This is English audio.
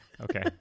Okay